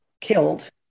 killed